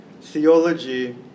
theology